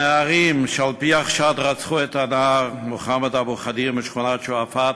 הנערים שעל-פי החשד רצחו את הנער מוחמד אבו ח'דיר משכונת שועפאט,